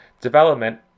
development